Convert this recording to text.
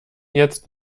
jetzt